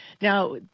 Now